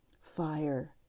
fire